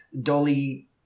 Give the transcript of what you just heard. Dolly